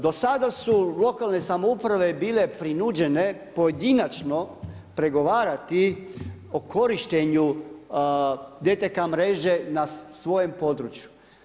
Do sada su lokalne samouprave bile prinuđene pojedinačno pregovarati o korištenju DTK mreže na svojem području.